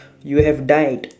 you have died